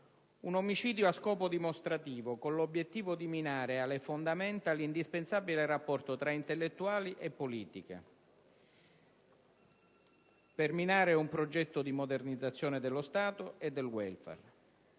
Un omicidio a scopo dimostrativo, con l'obiettivo di minare alle fondamenta l'indispensabile rapporto tra intellettuali e politica, per minare un progetto di modernizzazione dello Stato e del Welfare.